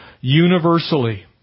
universally